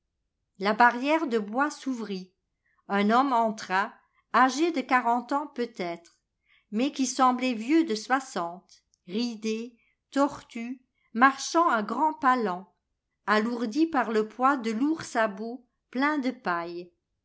la barrière de bois s'ouvrit un homme entra âgé de quarante ans peut-être mais qui semblait vieux de soixante ridé tortu marchant à grands pas lents alourdis par le poids de lourds sabots pleins de paille